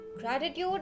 Gratitude